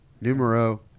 numero